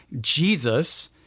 Jesus